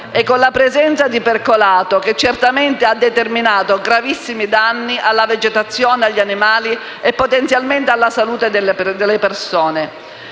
e con la presenza di percolato che certamente ha determinato gravissimi danni alla vegetazione e agli animali e, potenzialmente, alla salute delle persone.